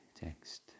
text